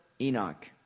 Enoch